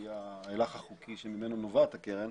שהיא ההלך החוקי שממנו נובעת הקרן,